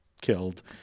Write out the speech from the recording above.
killed